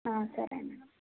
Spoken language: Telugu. సరే అండి